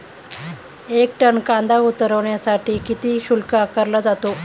एक टन कांदा उतरवण्यासाठी किती शुल्क आकारला जातो?